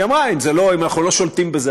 היא אמרה: אם אנחנו לא שולטים בזה,